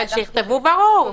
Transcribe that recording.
אבל שיכתבו ברור.